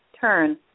turn